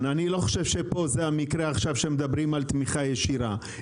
אני לא חושב שזה המקרה שמדברים על תמיכה ישירה.